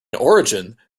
origin